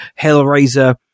hellraiser